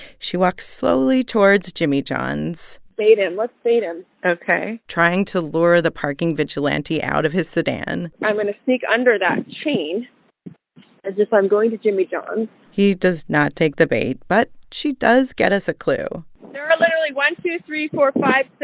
she walks slowly towards jimmy john's bait him. let's bait him ok trying to lure the parking vigilante out of his sedan i'm going to sneak under that chain as if i'm going to jimmy john's he does not take the bait. but she does get us a clue there are literally one, two, three, four, five,